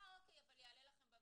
אה, אוקיי, אבל יעלה לכם במחיר.